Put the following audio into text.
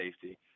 safety